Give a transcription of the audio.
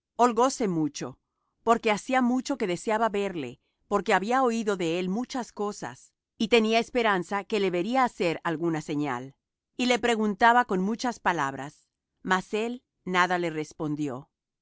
jesús holgóse mucho porque hacía mucho que deseaba verle porque había oído de él muchas cosas y tenía esperanza que le vería hacer alguna señal y le preguntaba con muchas palabras mas él nada le respondió